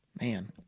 Man